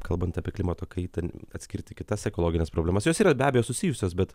kalbant apie klimato kaitą atskirti kitas ekologines problemas jos yra be abejo susijusios bet